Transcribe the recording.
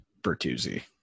Bertuzzi